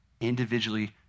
individually